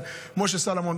אם מישהו היה מסתכל עליו,